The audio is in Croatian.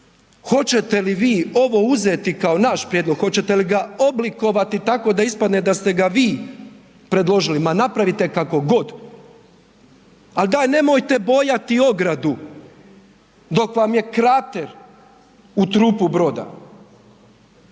hoćete li ovo uzeti kao naš prijedlog, hoćete li ga oblikovati tako da ispadne da ste ga vi predložili, ma napravite kako god, ali daj nemojte bojati ogradu dok vam je krater u trupu broda.